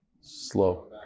Slow